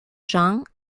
gens